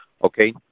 Okay